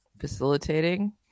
facilitating